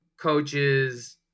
coaches